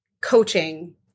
coaching